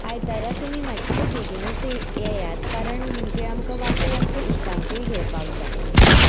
आयतारा तुमी मातशें बेगीनूच ये येयात कारण म्हणजे आमकां वाटेर आमच्या इश्टांकूय घेवपाक जाय म्हणून